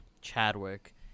Chadwick